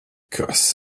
kas